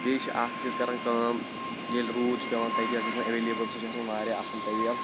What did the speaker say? بیٚیہِ چھِ اَکھ چیٖز کَران کٲم ییٚلہِ روٗد چھِ پٮ۪وان تبیلہٕ چھِ آسان اٮ۪ولیبٕل سُہ چھِ آسان واریاہ اَصٕل تبیل